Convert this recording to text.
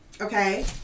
Okay